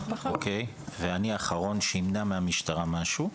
ואני האחרון שימנע מהמשטרה משהו,